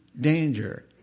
danger